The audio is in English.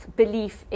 belief